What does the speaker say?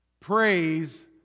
Praise